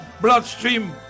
bloodstream